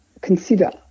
consider